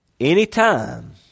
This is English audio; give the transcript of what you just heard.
Anytime